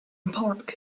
park